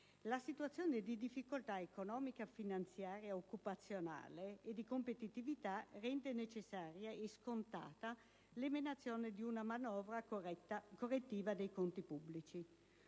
la situazione di difficoltà economica, finanziaria, occupazionale e di competitività rende necessaria e scontata l'emanazione di una manovra correttiva dei conti pubblici.